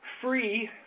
free